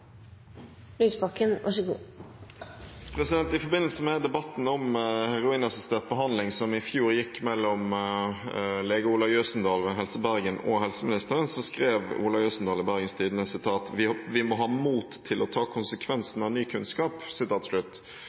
I forbindelse med debatten om heroinassistert behandling som i fjor gikk mellom lege Ola Jøsendal ved Helse Bergen og helseministeren, skrev Ola Jøsendal i Bergens Tidende at vi må ha mot til å «ta konsekvensen av slik ny kunnskap».